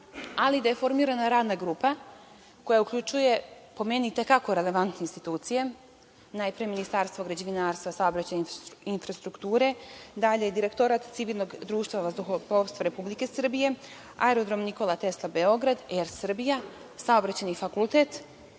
ali da je formirana radna grupa koja uključuje, po meni, i te kako relevantne institucije, najpre Ministarstvo građevinarstva, saobraćaja i infrastrukture, Direktorat civilnog društva vazduhoplovstva Republike Srbije, Aerodrom „Nikola Tesla“ Beograd, „Er Srbija“, Saobraćajni fakultet,